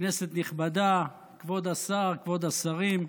כנסת נכבדה, כבוד השר, כבוד השרים,